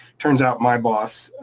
turns out my boss